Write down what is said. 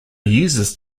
uses